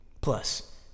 Plus